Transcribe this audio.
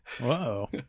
Whoa